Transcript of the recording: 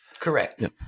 Correct